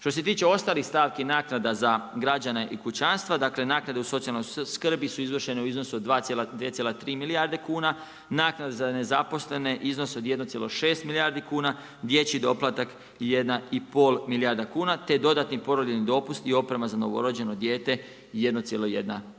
Što se tiče ostalih stavki naknada za građane i kućanstva, dakle naknade u socijalnoj skrbi su izvršene u iznosu od 2,3 milijarde kuna, naknade za nezaposlene iznose od 1,6 milijardi kuna, dječji doplatak 1,5 milijarda kuna, te dodatni porodiljin dopust i oprema za novorođeno dijete 1,1 milijarda